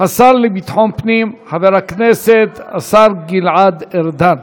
השר לביטחון הפנים, חבר הכנסת השר גלעד ארדן.